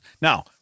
Now